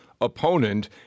opponent